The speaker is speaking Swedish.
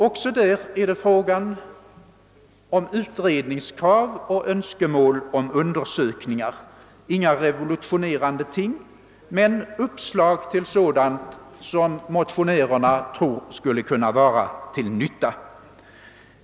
Också i dessa motioner framförs utredningskrav och önskemål om undersökningar — inga revolutionerande ting men uppslag till sådant som motionärerna tror skulle kunna vara till nytta.